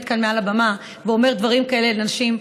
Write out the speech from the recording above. כאן מעל הבמה ואומר דברים כאלה על נשים,